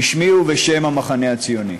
בשמי ובשם המחנה הציוני.